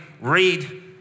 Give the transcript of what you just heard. read